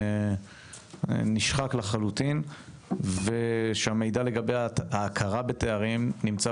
נשחק לחלוטין ושהמידע לגבי ההכרה בתארים נמצא